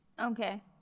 Okay